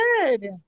good